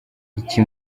iki